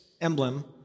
emblem